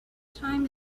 time